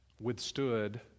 withstood